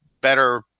better